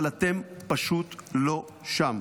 אבל אתם פשוט לא שם.